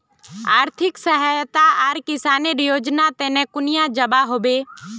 आर्थिक सहायता आर किसानेर योजना तने कुनियाँ जबा होबे?